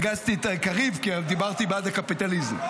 הרגזתי את קריב כי דיברתי בעד הקפיטליזם.